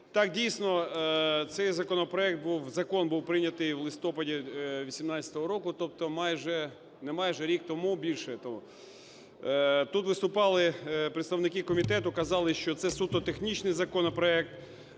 Так, дійсно, цей законопроект, закон був прийнятий у листопаді 18-го року, тобто майже… не майже, рік тому, більше тому. Тут виступали представники комітету, казали, що це суто технічний законопроект,